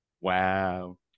Wow